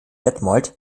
detmold